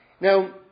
Now